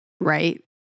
right